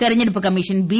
തിരഞ്ഞെടുപ്പ് commission B